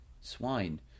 swine